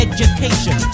Education